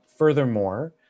Furthermore